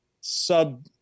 sub